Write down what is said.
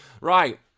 Right